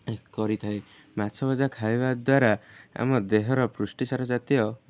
କରିଥାଏ ମାଛ ଭଜା ଖାଇବା ଦ୍ୱାରା ଆମ ଦେହର ପୃଷ୍ଟି ସାର ଜାତୀୟ